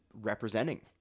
representing